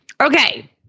Okay